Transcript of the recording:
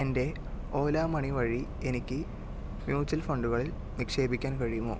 എൻ്റെ ഓല മണി വഴി എനിക്ക് മ്യൂച്വൽ ഫണ്ടുകളിൽ നിക്ഷേപിക്കാൻ കഴിയുമോ